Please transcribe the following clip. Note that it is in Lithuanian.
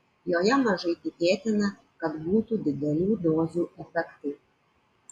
joje mažai tikėtina kad būtų didelių dozių efektai